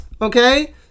okay